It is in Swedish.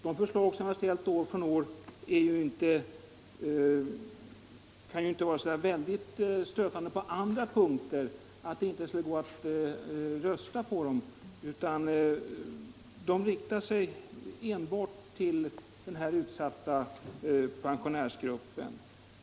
Våra förslag kan ändå inte vara så stötande på andra punkter att det inte skulle gå att rösta på dem. De riktar sig enbart till den här utsatta pensionärsgruppen.